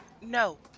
No